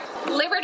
liberty